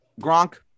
Gronk